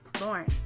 Lauren